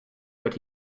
but